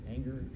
Anger